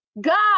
God